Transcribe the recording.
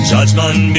Judgment